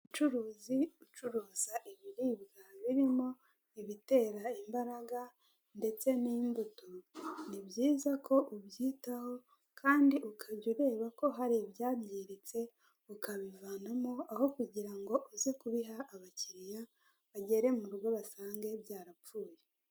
U Rwanda rufite intego yo kongera umukamo n'ibikomoka ku matungo, niyo mpamvu amata bayakusanyiriza hamwe, bakayazana muri kigali kugira ngo agurishwe ameze neza yujuje ubuziranenge.